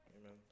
Amen